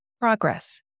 progress